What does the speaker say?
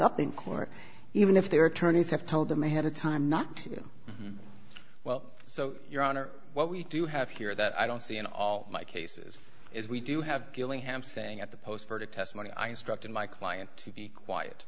up in court even if their attorneys have told them ahead of time not to do well so your honor what we do have here that i don't see in all my cases is we do have gillingham saying at the post verdict testimony i instructed my client to be quiet